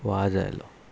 वाज आयलो